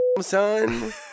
son